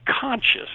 conscious